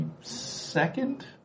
second